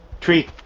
Tree